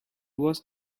was